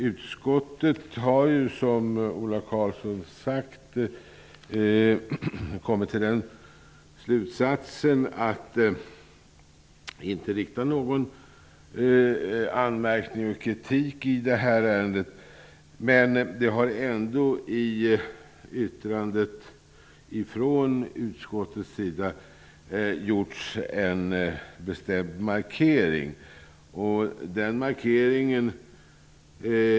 Utskottet har ju, som Ola Karlsson sagt, kommit fram till den slutsatsen att inte framföra någon kritik och anmärkning i det här ärendet, men det har ändå från utskottets sida gjorts en bestämd markering.